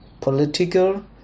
political